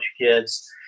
kids